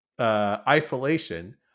isolation